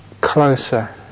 closer